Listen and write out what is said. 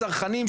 הצרכנים,